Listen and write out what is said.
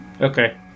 Okay